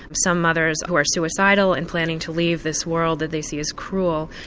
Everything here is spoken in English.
some mothers who are suicidal and planning to leave this world that they see as cruel,